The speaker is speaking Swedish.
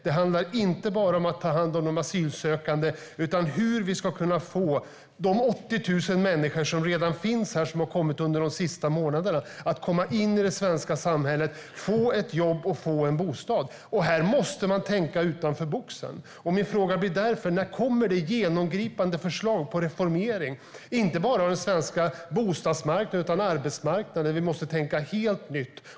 Det handlar inte bara om att ta hand om de asylsökande, utan det handlar också om hur vi ska få de 80 000 människor som redan finns här, de som kommit under de senaste månaderna, att komma in i det svenska samhället och få jobb och bostad. Här måste vi tänkta utanför boxen, och därför är min fråga: När kommer det genomgripande förslag på reformering inte bara av den svenska bostadsmarknaden utan också av arbetsmarknaden? Vi måste tänka helt nytt.